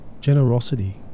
generosity